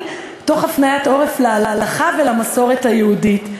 תוך הפניית עורף להלכה ולמסורת היהודית.